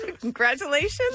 Congratulations